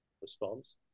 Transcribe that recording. response